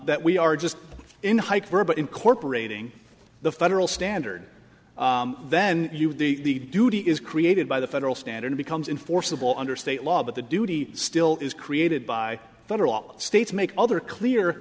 that we are just in hyper but incorporating the federal standard then you have the duty is created by the federal standard to be comes in forcible under state law but the duty still is created by federal law states make other clear